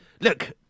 Look